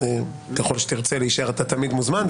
ככל שתרצה להישאר אתה תמיד מוזמן,